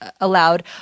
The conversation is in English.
allowed